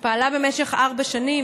שפעלה במשך ארבע שנים,